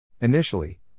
Initially